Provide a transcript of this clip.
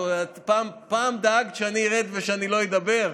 את פעם דאגת שאני ארד ושאני לא אדבר?